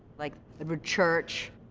like edwin church,